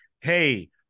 hey